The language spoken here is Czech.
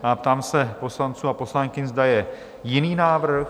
Ptám se poslanců a poslankyň, zda je jiný návrh?